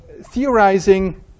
theorizing